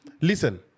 Listen